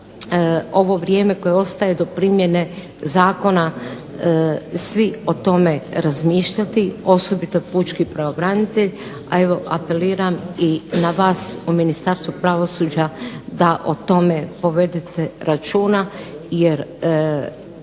ovo vrijeme koje ostaje do primjene zakona svi o tome razmišljati, osobito pučki pravobranitelj, a evo apeliram i na vas u Ministarstvu pravosuđa da o tome povedete računa jer